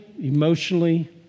emotionally